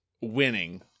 winning